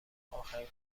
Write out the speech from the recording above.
آخرین